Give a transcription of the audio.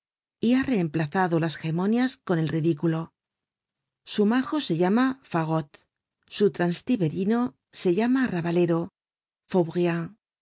y ha reemplazado las gemonias con el ridículo su majo se llama faraute faraud su transtiberino se llama arrabalero